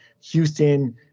Houston